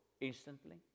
instantly